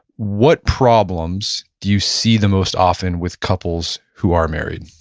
what problems do you see the most often with couples who are married?